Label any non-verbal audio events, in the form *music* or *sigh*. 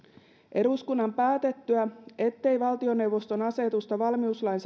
eduskunnan päätettyä ettei valtioneuvoston asetusta valmiuslain *unintelligible*